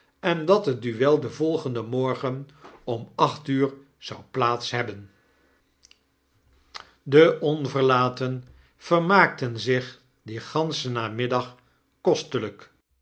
en dat het duel den volgenden morgen om acht uur zou plaats hebben de onverlaten vermaakten zich dien ganschen namiddag kostelijk